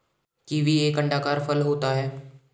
kiwi एक अंडाकार फल होता है